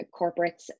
corporates